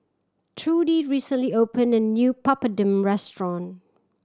Trudie recently opened a new Papadum restaurant